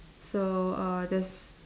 so uh there's